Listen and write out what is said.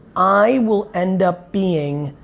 i will end up being